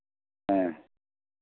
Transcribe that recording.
हाँ